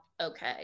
okay